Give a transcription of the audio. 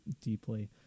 deeply